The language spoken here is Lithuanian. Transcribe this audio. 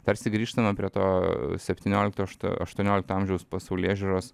tarsi grįžtama prie to septyniolikto ašto aštuoniolikto amžiaus pasaulėžiūros